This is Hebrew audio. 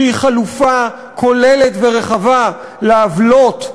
שהיא חלופה כוללת ורחבה לעוולות,